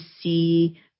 see